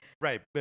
Right